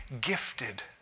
gifted